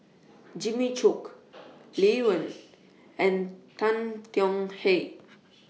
Jimmy Chok Lee Wen and Tan Tong Hye